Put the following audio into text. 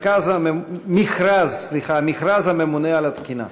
מכרז הממונה על התקינה.